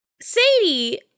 Sadie